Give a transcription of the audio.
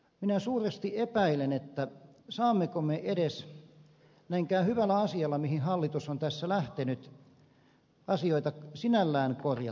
minä suuresti epäilen saammeko me edes näinkään hyvällä asialla mihin hallitus on tässä lähtenyt asioita sinällään korjattua